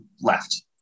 left